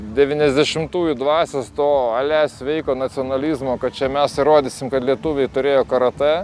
devyniasdešimtųjų dvasios to ale sveiko nacionalizmo kad čia mes įrodysim kad lietuviai turėjo karatė